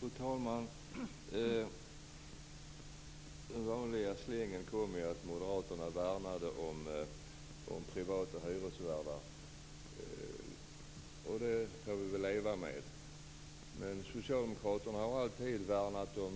Fru talman! Den vanliga slängen kom att Moderaterna värnar om privata hyresvärdar, och det får vi väl leva med. Men Socialdemokraterna har i all tid värnat om